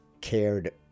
cared